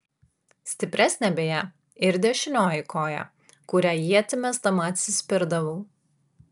stipresnė beje ir dešinioji koja kuria ietį mesdama atsispirdavau